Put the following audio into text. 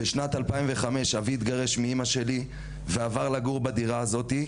בשנת 2005 אבי התגרש מאמא שלי ועבר לגור בדירה הזאת.